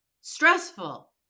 stressful